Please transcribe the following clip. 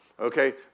okay